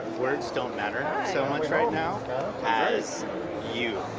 words don't matter so much right now as you,